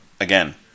again